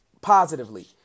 positively